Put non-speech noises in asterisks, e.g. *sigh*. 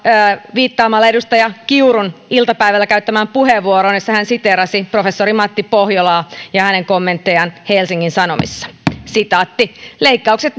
viittaamalla edustaja kiurun iltapäivällä käyttämään puheenvuoroon jossa hän siteerasi professori matti pohjolaa ja hänen kommenttejaan helsingin sanomissa leikkaukset *unintelligible*